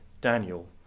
Daniel